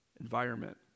environment